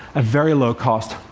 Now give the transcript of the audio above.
at very low cost,